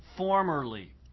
Formerly